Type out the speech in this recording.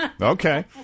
Okay